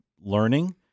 learning